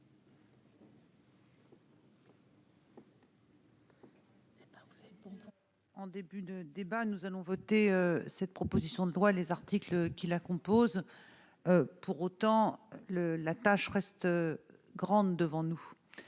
en début de débat, nous allons voter cette proposition de loi les articles qui la composent, pour autant le la tâche reste grande devant nous